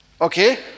okay